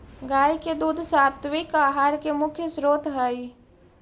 गाय के दूध सात्विक आहार के मुख्य स्रोत हई